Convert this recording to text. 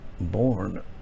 born